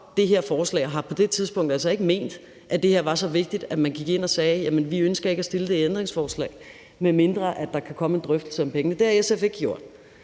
det her forslag, og at man på det tidspunkt ikke har ment, at det her var så vigtigt, at man gik ind og sagde, at man ikke ønskede at stille det ændringsforslag, medmindre der kunne komme en drøftelse om pengene. Det har SF ikke gjort.